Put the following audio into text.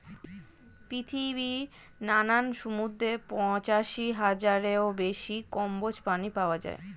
পৃথিবীর নানান সমুদ্রে পঁচাশি হাজারেরও বেশি কম্বোজ প্রাণী পাওয়া যায়